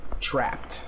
trapped